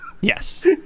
Yes